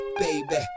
baby